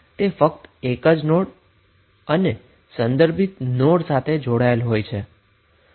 આમ તે ફક્ત નોડ 1 અને રેફેરન્સ નોડ સાથે જોડાયેલ હોય છે